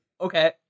Okay